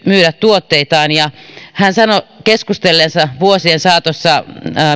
myydä tuotteitaan hän sanoi keskustelleensa vuosien saatossa